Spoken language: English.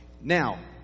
Now